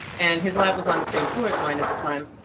and his lab was on the same floor as mine at the time.